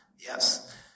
Yes